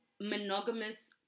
monogamous